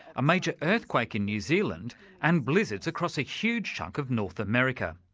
a major earthquake in new zealand and blizzards across a huge chunk of north america,